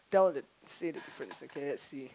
tell the save for is a K_F_C